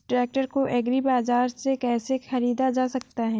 Tractor को agri बाजार से कैसे ख़रीदा जा सकता हैं?